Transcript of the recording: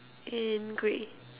in grey